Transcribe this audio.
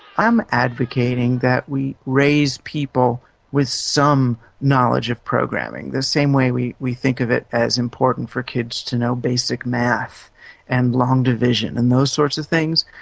i'm advocating that we raise people with some knowledge of programming, the same way we we think of it as important for kids to know basic math and long division and those sorts of things.